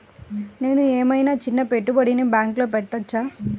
నేను ఏమయినా చిన్న పెట్టుబడిని బ్యాంక్లో పెట్టచ్చా?